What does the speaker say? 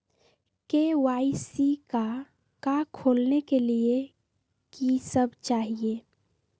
KYC का का खोलने के लिए कि सब चाहिए?